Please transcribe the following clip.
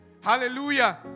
hallelujah